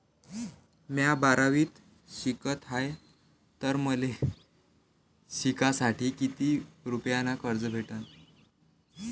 म्या बारावीत शिकत हाय तर मले शिकासाठी किती रुपयान कर्ज भेटन?